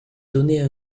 donner